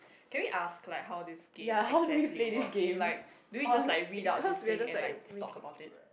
can we ask like how this game exactly works like do we just like read out this thing and like just talk about it